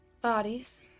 bodies